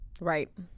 Right